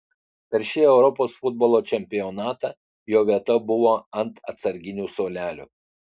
per šį europos futbolo čempionatą jo vieta buvo ant atsarginių suolelio